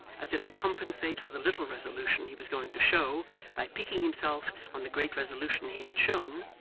as if to compensate for the little resolution he was going to show by piquing himself on the great resolution he had shown,